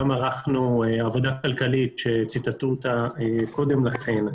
גם ערכנו עבודה כלכלית שציטטו אותה קודם לכן,